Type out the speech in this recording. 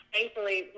Thankfully